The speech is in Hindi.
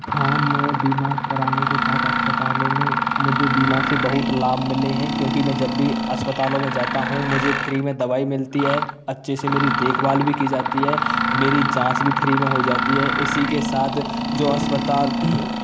हाँ मैं बीमा कराने के साथ अस्पतालों में मुझे बीमा से बहुत लाभ मिले हैं क्योंकि मैं जब भी अस्पतालों में जाता हूँ मुझे फ्री में दवाई मिलती है अच्छे से मेरी देखभाल भी की जाती है मेरी जाँच भी फ्री में हो जाती है इसी के साथ जो अस्पताल